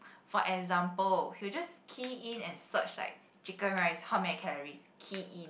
for example he will just key in and search like Chicken Rice how many calories key in